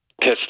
pissed